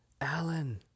Alan